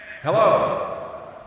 Hello